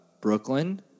Brooklyn